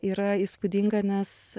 yra įspūdinga nes